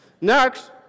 Next